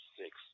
six